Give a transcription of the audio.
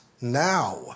now